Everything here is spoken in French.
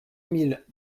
mille